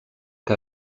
que